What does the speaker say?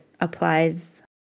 applies